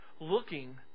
looking